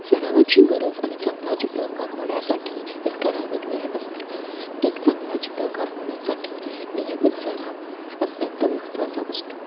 सरावाची गरज आणि चांगला चित्रकार होण्यासाठी एक ठराविक वेळ असते एक चांगला चित्रकार होण्यासाठी नियमित सराव अत्यंत महत्त्वाचा असतो